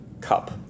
cup